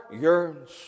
yearns